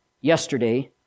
Yesterday